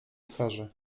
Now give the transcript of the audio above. twarzy